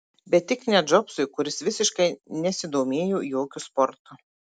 bet tik ne džobsui kuris visiškai nesidomėjo jokiu sportu